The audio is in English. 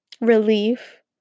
relief